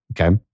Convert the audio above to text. Okay